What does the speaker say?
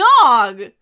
dog